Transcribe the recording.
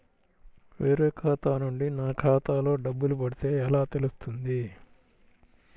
వేరే ఖాతా నుండి నా ఖాతాలో డబ్బులు పడితే ఎలా తెలుస్తుంది?